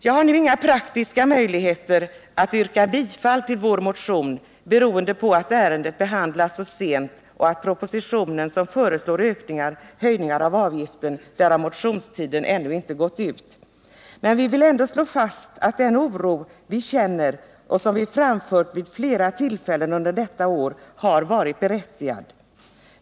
Jag har nu inga praktiska möjligheter att yrka bifall till vår motion, beroende på att ärendet behandlas så sent och att tiden för avlämnande av motioner med anledning av den proposition som föreslår höjningar av avgiften ännu inte har gått ut, men vi socialdemokrater slår fast att den oro som vi känner och framfört vid flera tillfällen under detta år har varit berättigad.